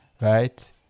right